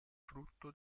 frutto